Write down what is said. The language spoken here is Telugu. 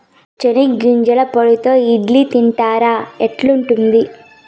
చెనిగ్గింజల పొడితో ఇడ్లీ తింటున్నారా, ఎట్లుంది